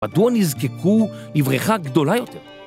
‫מדוע נזקקו לבריכה גדולה יותר?